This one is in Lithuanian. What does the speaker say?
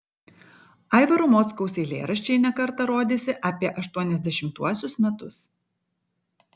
aivaro mockaus eilėraščiai ne kartą rodėsi apie aštuoniasdešimtuosius metus